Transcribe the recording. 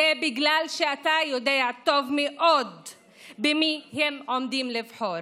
זה בגלל שאתה יודע טוב מאוד במי הם עומדים לבחור,